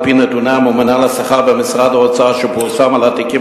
על-פי נתוני הממונה על השכר במשרד האוצר שפורסם על התיקים,